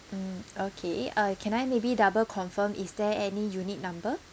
mm okay uh can I maybe double confirm is there any unit number